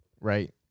right